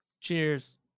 Cheers